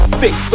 fix